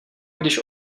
když